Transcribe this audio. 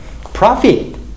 profit